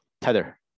Tether